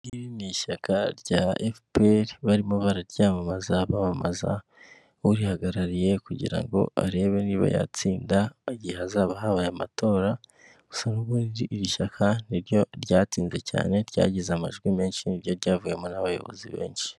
Iri ngirir ni ishyaka rya FPR barimo bararyamamaza, bamamaza urihagarariye kugira ngo arebe niba yatsinda igihe hazaba habaye amatora, gusa iri shyaka ni ryo ryatsinze cyane ryagize amajwi menshi, ni ryo ryavuyemo n'abayobozi benshi.